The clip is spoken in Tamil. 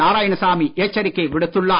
நாராயணசாமி எச்சரிக்கை விடுத்துள்ளார்